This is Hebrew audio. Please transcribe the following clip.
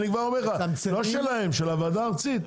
אני כבר אומר לך לא שלהם, של הוועדה הארצית.